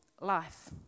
life